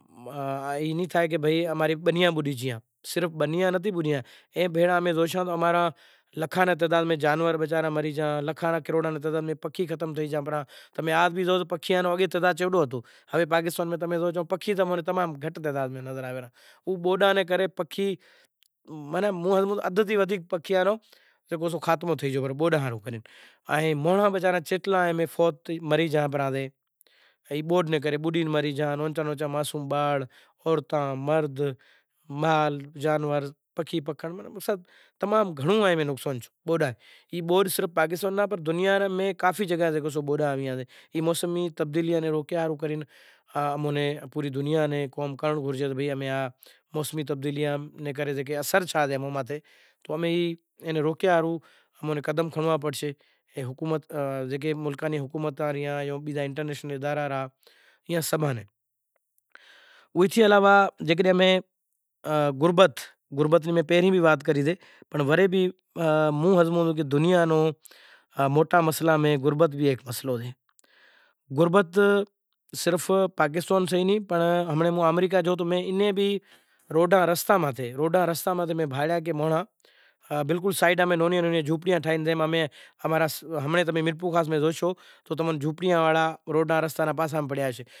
ایم تھئے کہ اماری بنیاں بڈی گیاں صرف بنیاں نتھی بڈی گئیاں امیں زوشاں تو امارا لکھاں نے تعداد میں جانور مری گیا، پکھی مری گیا تمیں زو اگے پکھیاں نو کڈو تعداد ہتو امیں تمیں زوشو پکھی تماں نے گھٹ تعداد میں نظر آئیں ریا۔ بوڈ کری نانکا نانکا معصوم باڑ عورتاں مرد مال جانور پکھی پکھنڑ تمام گنڑو نقصان ڈیدہو ای موسمی تبدیلی ناں روکنڑ ہاروں پوری دنیا نوں کام کرنڑ گھرجے موسمی تبدیلیاں نو روکنڑ ہاروں قدم کھنڑنڑا پڑشیں ان حکومت زکے بھی ملکاں نیں حکومتاں ریں۔ اوچی علاوہ جے غربت نی میں پہریں بھی وات کری سے وڑے موں ہمزوں کہ دنیا نے موٹاں مسئلاں ماں غربت بھی ہیک مسئلو سے۔ غربت صرف پاکستان نو نتھی میں آمریکا میں روڈاں رستاں متھے بھانڑیا کہ مانڑاں بلکل سائیڈاں ماتھے ننہاں ننہیاں جھونپڑیاں ٹھائی تمیں میرپورخاص میں زوشو کہ تماں نے جھونپڑیاں آڑا روڈاں رستاں نی پاساں میں پڑیا راشیں۔